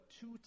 two